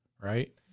Right